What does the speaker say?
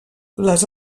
les